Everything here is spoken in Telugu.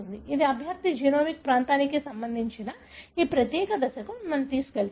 ఇది అభ్యర్థి జెనోమిక్ ప్రాంతానికి సంబంధించిన ఈ ప్రత్యేక దశకు మిమ్మల్ని తీసుకెళుతుంది